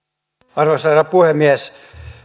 arvoisa herra puhemies